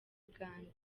uganda